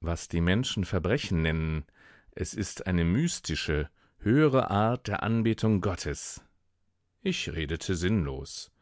was die menschen verbrechen nennen es ist eine mystische höhere art der anbetung gottes ich redete sinnlos